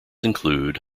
include